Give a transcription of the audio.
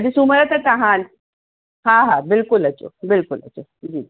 अॼु सूमरु आहे त तव्हां हा हा बिल्कुलु अचो बिल्कुलु अचो